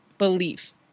belief